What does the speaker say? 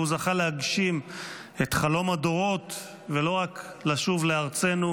והוא זכה להגשים את חלום הדורות ולא רק לשוב לארצנו,